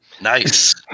Nice